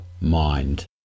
mind